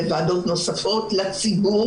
לוועדות נוספות ולציבור.